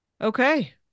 Okay